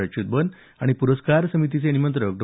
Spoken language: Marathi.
अच्युत बन आणि प्रस्कार समितीचे निमंत्रक डॉ